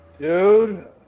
Dude